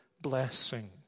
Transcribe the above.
blessing